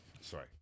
Sorry